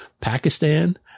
Pakistan